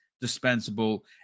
dispensable –